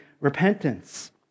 repentance